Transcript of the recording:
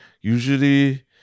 usually